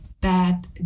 bad